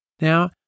Now